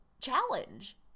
challenge